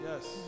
Yes